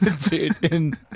dude